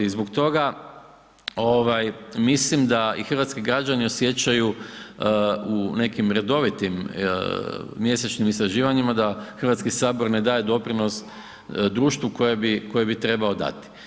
I zbog toga ovaj mislim da i hrvatski građani osjećaju u nekim redovitim mjesečnim istraživanjima da Hrvatski sabor ne daje doprinos društvu koje bi trebao dati.